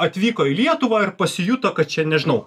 atvyko į lietuvą ir pasijuto kad čia nežinau